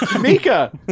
mika